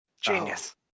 Genius